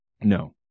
No